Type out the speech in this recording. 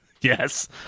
Yes